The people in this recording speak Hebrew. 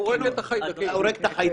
הוא לא ייתקע, את זה אני מבטיח לך.